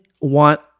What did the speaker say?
want